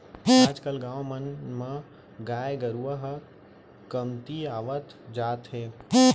आज कल गाँव मन म गाय गरूवा ह कमतियावत जात हे